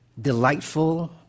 delightful